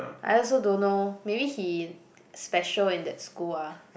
I also don't know maybe he special in that school ah